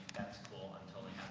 that's cool. i'm totally